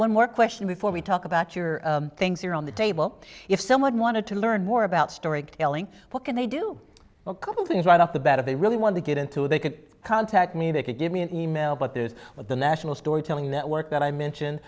one more question before we talk about your things here on the table if someone wanted to learn more about storytelling look at they do a couple things right off the bat if they really want to get into they can contact me they could give me an e mail but this is what the national storytelling network that i mention